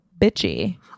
bitchy